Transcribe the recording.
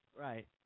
right